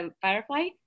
firefly